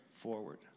forward